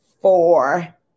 four